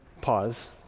pause